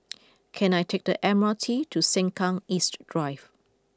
can I take the M R T to Sengkang East Drive